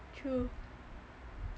true